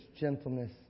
gentleness